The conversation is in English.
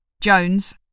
Jones